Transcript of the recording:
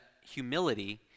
humility